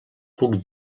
puc